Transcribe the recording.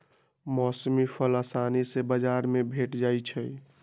मौसमी फल असानी से बजार में भेंट जाइ छइ